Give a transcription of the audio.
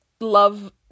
love